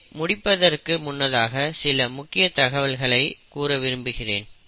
இதை முடிப்பதற்க்கு முன்னதாக சில முக்கிய தகவல்களை கூற விரும்புகிறேன்